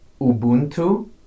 Ubuntu